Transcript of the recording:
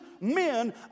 men